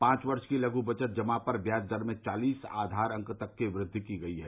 पांच वर्ष की लघ बचत जमा पर ब्याज दर में चालिस आधार अंक तक की वृद्वि की गई है